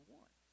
one